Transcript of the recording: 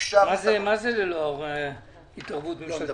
אפשרנו --- מה זה ללא התערבות ממשלתית?